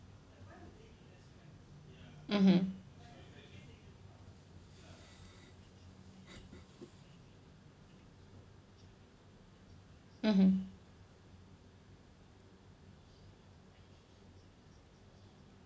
mmhmm mmhmm